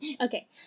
Okay